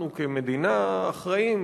אנחנו כמדינה אחראים